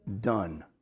done